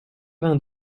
vingt